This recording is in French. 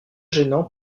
gênant